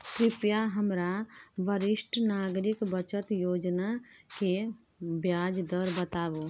कृपया हमरा वरिष्ठ नागरिक बचत योजना के ब्याज दर बताबू